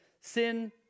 sin